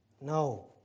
No